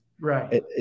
Right